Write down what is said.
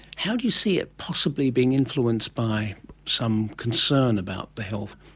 how do you see it possibly being influenced by some concern about the health?